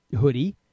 hoodie